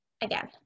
Again